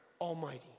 Almighty